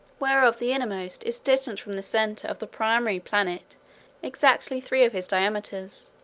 whereof the innermost is distant from the centre of the primary planet exactly three of his diameters,